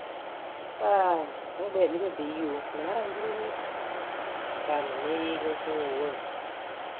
mɨ gbɛɛmɩrǝ ɖe yi oo wɨ láa raŋ kururu kaa mɨ née yee kɨ ŋ́ fɨ ŋ́ wo wǝǝ oo.